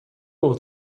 old